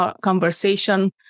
conversation